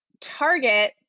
target